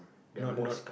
not not